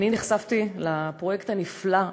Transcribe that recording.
אני נחשפתי לפרויקט הנפלא,